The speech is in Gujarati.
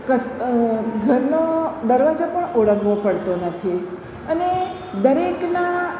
ઘરનો દરવાજો પણ ઓળંગવો પડતો નથી અને દરેકના